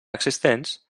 existents